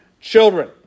children